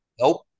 Nope